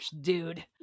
dude